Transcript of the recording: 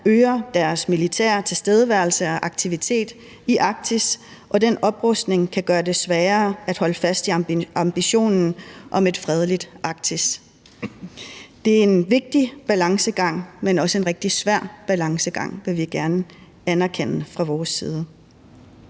øger deres militære tilstedeværelse og aktivitet i Arktis, og den oprustning kan gøre det sværere at holde fast i ambitionen om et fredeligt Arktis. Det er en vigtig balancegang, men også en rigtig svær balancegang; det vil vi gerne anerkende fra vores side.